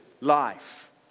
life